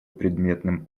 предметным